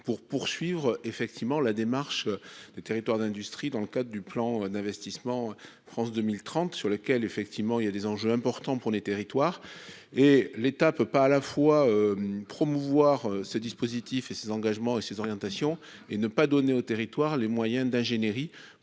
pour poursuivre effectivement la démarche des territoires d'industrie dans le cadre du plan d'investissement France 2030 sur lequel effectivement il y a des enjeux importants pour les territoires et l'état peut pas à la fois promouvoir ce dispositif et ses engagements et ses orientations et ne pas donner aux territoires les moyens d'ingénierie